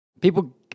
People